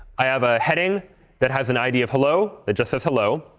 i have a heading that has an id of hello that just says hello.